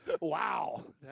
wow